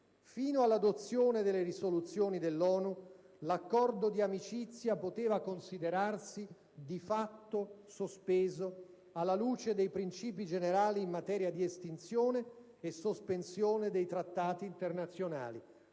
Fino all'adozione delle risoluzioni dell'ONU, l'Accordo di amicizia poteva considerarsi di fatto sospeso alla luce dei principi generali in materia di estinzione e sospensione dei trattati internazionali.